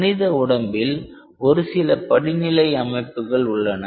மனித உடம்பில் ஒருசில படிநிலை அமைப்புகள் உள்ளன